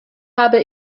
habe